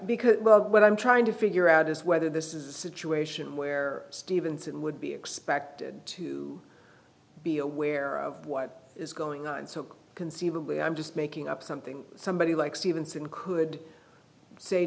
because what i'm trying to figure out is whether this is a situation where stevenson would be expected to be aware of what is going on and so conceivably i'm just making up something somebody like stevenson could say